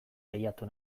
lehiatu